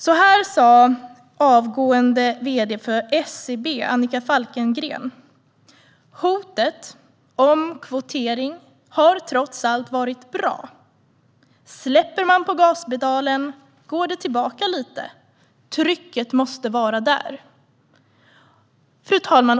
Så här sa avgående vd:n för SEB, Annika Falkengren: Hotet om kvotering har trots allt varit bra. Släpper man på gaspedalen går det tillbaka lite. Trycket måste vara där. Fru talman!